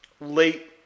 late